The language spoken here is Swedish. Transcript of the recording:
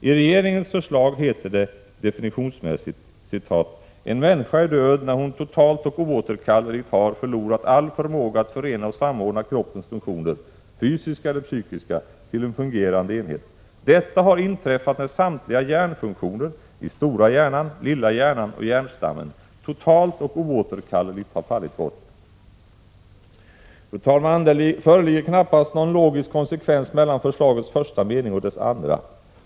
I regeringens förslag heter det definitionsmässigt: ”En människa är död när hon totalt och oåterkalleligt har förlorat all förmåga att förena och samordna kroppens funktioner — fysiska eller psykiska — till en fungerande enhet. Detta har inträffat när samtliga hjärnfunktioner — i stora hjärnan, lilla hjärnan och hjärnstammen — totalt och oåterkalleligt har fallit bort.” Fru talman! Det föreligger knappast någon logisk konsekvens mellan förslagets första mening och dess andra.